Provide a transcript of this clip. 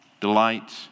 delight